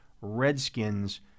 Redskins